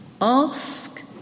Ask